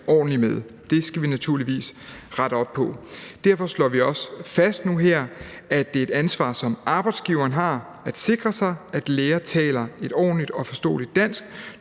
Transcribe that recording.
ordentligt med. Det skal vi naturligvis rette op på. Derfor slår vi også fast nu her, at det er et ansvar, som arbejdsgiveren har, at sikre sig, at lægen taler et ordentligt og forståeligt dansk,